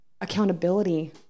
accountability